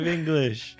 English